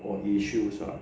or issues ah